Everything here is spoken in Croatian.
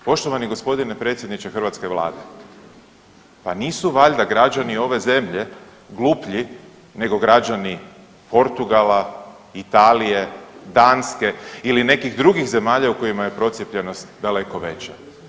Poštovani g. predsjedniče hrvatske vlade, pa nisu valjda građani ove zemlje gluplji nego građani Portugala, Italije, Danske ili nekih drugih zemalja u kojima je procijepljenost daleko veća.